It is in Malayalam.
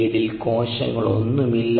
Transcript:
ഫീഡിൽ കോശങ്ങളൊന്നുമില്ല